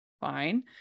fine